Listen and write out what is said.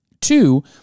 Two